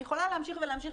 אני יכולה להמשיך ולהמשיך,